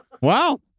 Wow